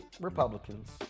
Republicans